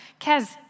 Kaz